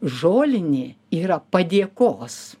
žolinė yra padėkos